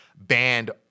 banned